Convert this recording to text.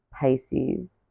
Pisces